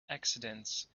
accidents